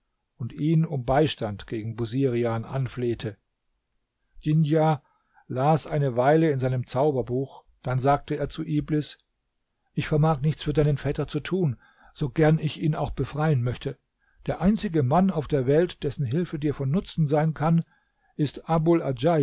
und ihn um beistand gegen busirian anflehte djindar las eine weile in seinem zauberbuch dann sagte er zu iblis ich vermag nichts für deinen vetter zu tun so gern ich ihn auch befreien möchte der einzige mann auf der welt dessen hilfe dir von nutzen sein kann ist abul